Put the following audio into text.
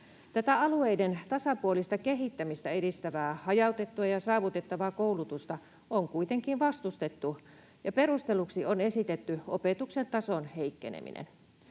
Tätä alueiden tasapuolista kehittämistä edistävää hajautettua ja saavutettavaa koulutusta on kuitenkin vastustettu, ja perusteluksi on esitetty opetuksen tason heikkeneminen.